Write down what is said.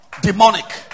Demonic